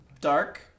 dark